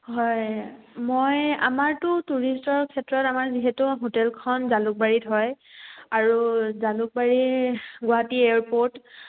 হয় মই আমাৰতো টুৰিষ্টৰ ক্ষেত্ৰত আমাৰ যিহেতু হোটেলখন জালুকবাৰীত হয় আৰু জালুকবাৰীৰ গুৱাহাটী এয়াৰপৰ্ট